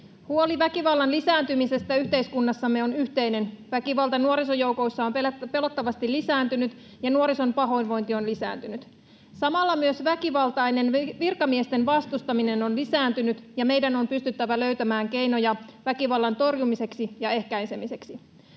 Huoli väkivallan lisääntymisestä yhteiskunnassamme on yhteinen. Väkivalta nuorisojoukoissa on pelottavasti lisääntynyt, ja nuorison pahoinvointi on lisääntynyt. Samalla myös väkivaltainen virkamiesten vastustaminen on lisääntynyt, ja meidän on pystyttävä löytämään keinoja väkivallan torjumiseksi ja ehkäisemiseksi.